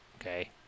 okay